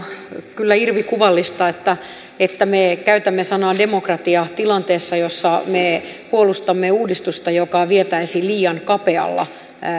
kyllä irvikuvallista että että me käytämme sanaa demokratia tilanteessa jossa me puolustamme uudistusta joka vietäisiin liian kapealla